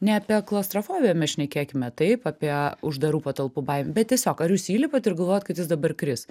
ne apie klaustrofobiją mes šnekėkime taip apie uždarų patalpų baimę bet tiesiog ar jūs įlipat ir galvojat kad jis dabar kris